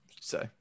say